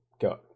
Go